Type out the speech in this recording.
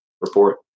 report